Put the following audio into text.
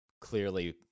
clearly